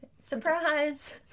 Surprise